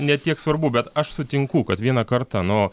ne tiek svarbu bet aš sutinku kad vieną kartą nu